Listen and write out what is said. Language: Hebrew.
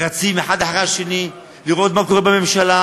רצים האחד אחרי השני לראות מה קורה בממשלה,